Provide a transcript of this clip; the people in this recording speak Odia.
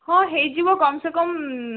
ହଁ ହୋଇଯିବ କମ୍ ସେ କମ୍